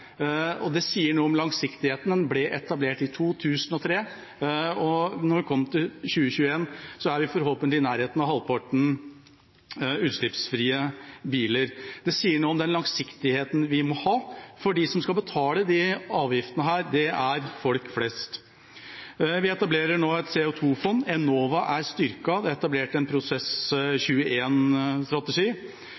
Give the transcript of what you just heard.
og det sier noe om langsiktigheten. Den ble etablert i 2003, og når vi kommer til 2021, er vi forhåpentligvis i nærheten av at halvparten av bilene er utslippsfrie. Det sier noe om den langsiktigheten vi må ha, for de som skal betale disse avgiftene, er folk flest. Vi etablerer nå et CO 2 -fond, Enova er styrket, det er etablert en